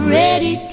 ready